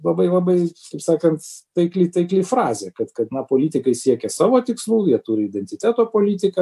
labai labai taip sakant taikli taikli frazė kad kad na politikai siekia savo tikslų jie turi identiteto politiką